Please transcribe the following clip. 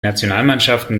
nationalmannschaften